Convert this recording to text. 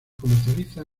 comercializa